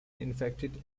infected